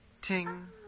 ting